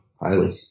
Highly